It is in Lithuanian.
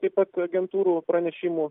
taip pat agentūrų pranešimų